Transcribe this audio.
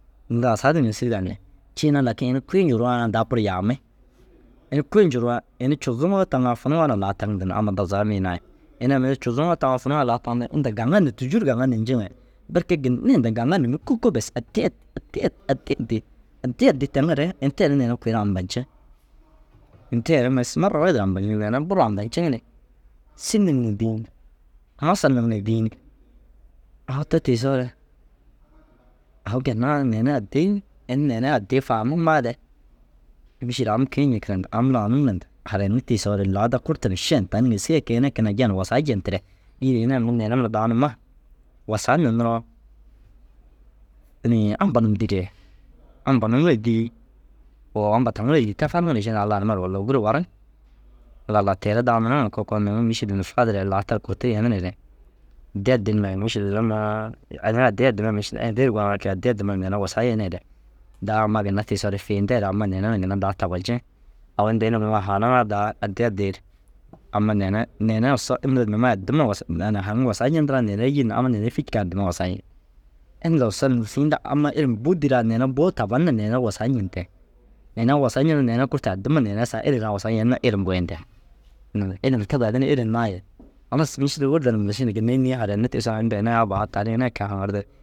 Inda asar di na sîri danni. Ciina lakin ini kui njugurugaa na daa buru yaammi. Ini kui ncugurugaa ini cuzuŋoo taŋaa funuŋoo na laa taŋi ntin nai amma dazaga miginai. Ini ai mire cuzuŋoo taŋaa funuŋoo laa taŋaa. Inda gaŋane tûjur gaŋane nimjiŋai berke ginna inda gaŋanimmi kûko bes addii ad addii ad addii addii addii addii teŋare ini teere neere kui ru ampa nce. Ini tee re mes marrawahid di ampanciŋ dige ina buru ampaciŋ ni, sîri num ni dîi. Masal num dîi ni au te tiisoore au ginnaa na neere addii ini neere addii faamumaare mîšil am kii ñikire nda am laa num re nda harayinne tiisoore laada kurtu na šen tani ŋêsi ai kee ini keenaa jen wusaa jentire yîr ini nuu neere mire daa numa wasaa nunuroo inii ampa num dîree. Ampa num na dîi woo te fariŋi šee au laa numa ru walla gûro wariŋ? Alla lau teere dau nuruu ŋa kee koo nuŋu mîšil ni fadireere laa tar kurtir yenireere addii addii numai mîšil zûlomaa ina addii addiima mîšil eã dê ru goniŋaa kee addii addiima nda ina wusaa yeneere daa amma ginna tiisoore fiinteere ama neere na ginna daa tabanciŋ. Au inta ini ai mire nuu haaniŋaa daa addii addii ru ama neere neere usso inda numa addima wusa nani haŋum wasaa ñentiraa neere i jilla amma neere i fî cikaa ginna wasaa yen. Inda osson nu sîin du amma ilim bu dîraa na ini buu taban na neere wasaa ñente. Ina wusaa ñentu neere kurtu addima na ina saga êra naa wusaa yen na ilim goyinde. Naazire ilim te baadin êra naa ye halas mîšil wurda numa mîšil ginna înnii na harayinne tiisiŋare inta ini abba aa tani ini ai keegaa haŋirde